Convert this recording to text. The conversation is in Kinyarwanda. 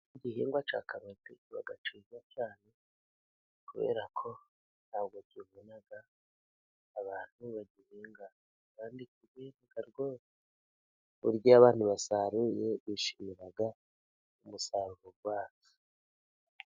Igihingwa cya karoti kibaga ciza cyane, kubera ko ntabwo kibona abantu bagihinga, kandi kinjiza rwose! Burya iyo abantu basaruye, bishimiraga umusaruro wazo.